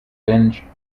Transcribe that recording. finch